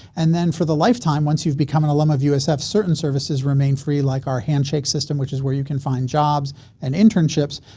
and then for the lifetime once you've become an alumni of usf certain services remain free like our handshake system, which is where you can find jobs and internships,